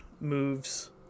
moves